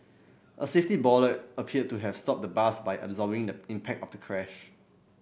a safety bollard appeared to have stopped the bus by absorbing the impact of the crash